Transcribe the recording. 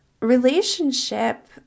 Relationship